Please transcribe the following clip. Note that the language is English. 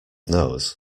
knows